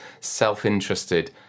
self-interested